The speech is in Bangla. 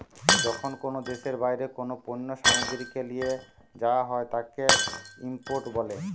যখন কোনো দেশের বাইরে কোনো পণ্য সামগ্রীকে লিয়ে যায়া হয় তাকে ইম্পোর্ট বলে